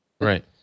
Right